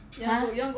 !huh!